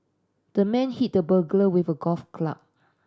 the man hit the burglar with a golf club